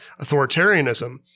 authoritarianism